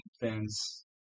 fans